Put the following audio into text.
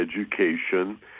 education